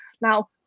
now